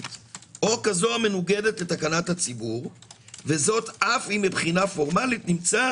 או כזו המנוגדת לתקנת הציבור וזאת אף אם מבחינה פורמלית נמצא